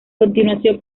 continuación